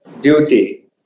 duty